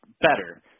better